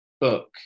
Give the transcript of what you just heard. book